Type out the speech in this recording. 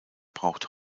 braucht